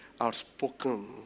outspoken